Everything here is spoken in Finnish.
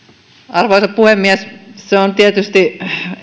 arvoisa puhemies se on tietysti